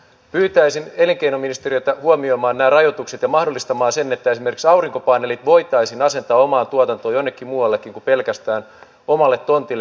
pyytäisin elinkeinoministeriötä huomioimaan nämä rajoitukset ja mahdollistamaan sen että esimerkiksi aurinkopaneelit voitaisiin asentaa omaan tuotantoon jonnekin muuallekin kuin pelkästään omalle tontille